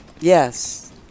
Yes